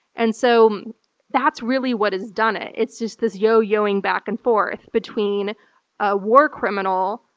and so that's really what has done it. it's just this yo-yoing back and forth between a war criminal,